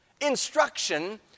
Instruction